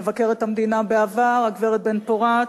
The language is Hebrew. מבקרת המדינה בעבר הגברת בן-פורת,